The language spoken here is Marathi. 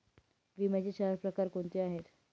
विम्याचे चार प्रकार कोणते आहेत?